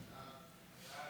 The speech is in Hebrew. ההצעה